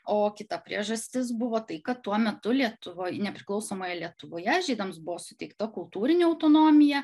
o kita priežastis buvo tai kad tuo metu lietuvoj nepriklausomoje lietuvoje žydams buvo suteikta kultūrinė autonomija